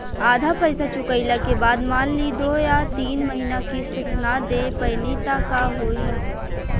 आधा पईसा चुकइला के बाद मान ली दो या तीन महिना किश्त ना दे पैनी त का होई?